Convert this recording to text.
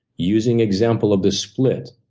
using example of the split,